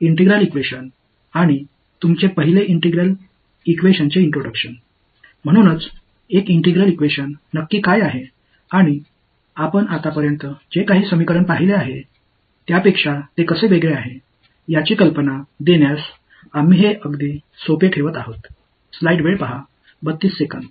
எனவே ஒரு ஒருங்கிணைந்த சமன்பாடு என்றால் என்ன என்பதையும் இதுவரை நீங்கள் பார்த்த வேறு வகையான சமன்பாட்டிலிருந்து இது எவ்வாறு வேறுபடுகிறது என்பதையும் பற்றியும் உங்களுக்கு மிகவும் எளிமையாக விளக்குவோம்